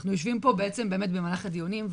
אנחנו יושבים פה בעצם במהלך הדיונים,